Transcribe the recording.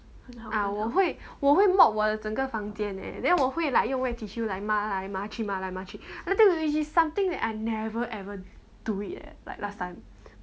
ah 我会我会 mop 我的整个房间 leh then 我会来用 wet tissue 来抹来抹去抹来抹去 which is something that I never ever do it eh like last time